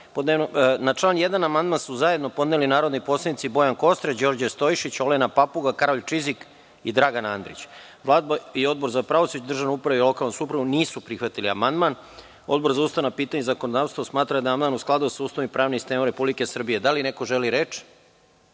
član 1. amandman su zajedno podneli narodni poslanici Bojan Kostreš, Đorđe Stojšić, Olega Papuga, Karolj Čizik i Dragan Andrić. Vlada i Odbor za pravosuđe, državnu upravu i lokalnu samoupravu nisu prihvatili amandman. Odbor za ustavna pitanja i zakonodavstvo smatra da je amandman u skladu sa Ustavom i pravnim sistemom Republike Srbije. Da li neko želi reč?